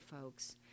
folks